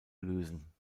lösen